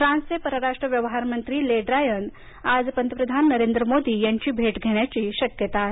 फ्रान्सचे पराराष्ट्र व्यवहारमंत्री ले ड्रायन आज पंतप्रधान नरेंद्र मोदी यांची भेट घेण्याची शक्यता आहे